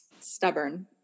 stubborn